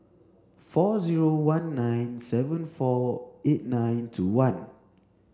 four zero one nine seven four eight nine two one